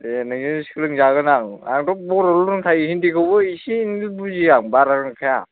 ऐ नोंजों सोलों जागोन आं आंथ' बर'ल' रोंखायो हिन्दीखौबो इसे एनैल' बुजियो आं बारा रोंखाया